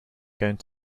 going